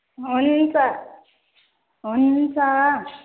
हुन्छ हुन्छ